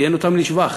צַיין אותן לשבח.